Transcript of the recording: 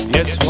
Yes